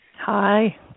Hi